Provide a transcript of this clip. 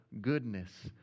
goodness